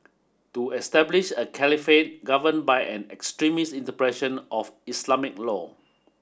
to establish a caliphate governed by an extremist of Islamic law